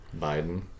Biden